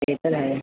ते तर आहे